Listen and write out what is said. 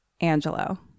Angelo